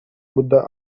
buddha